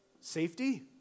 Safety